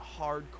hardcore